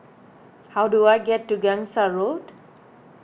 how do I get to Gangsa Road